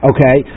Okay